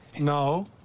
No